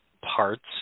parts